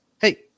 Hey